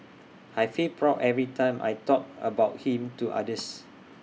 I feel proud every time I talk about him to others